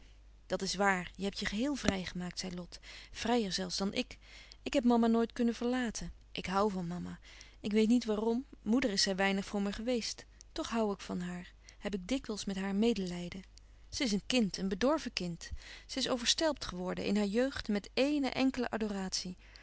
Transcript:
dat is waar je hebt je geheel vrijgemaakt zei lot vrijer zelfs dan ik ik heb mama nooit kunnen verlaten ik hoû van mama ik weet niet waarom moeder is zij weinig voor me geweest toch hoû ik van haar heb ik dikwijls met haar medelijden ze is een kind een bedorven kind ze is overstelpt geworden in haar jeugd met éene enkele adoratie